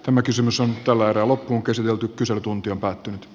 tämä kysymys on tällä erää loppuunkäsitelty kyselytunti on päättynyt